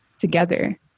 together